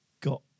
got